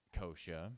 kosha